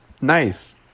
nice